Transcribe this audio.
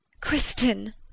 Kristen